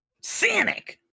Sonic